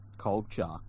culture